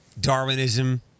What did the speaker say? Darwinism